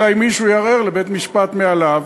אלא אם מישהו יערער לבית-משפט מעליו